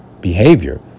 behavior